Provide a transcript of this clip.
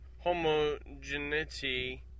homogeneity